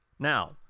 Now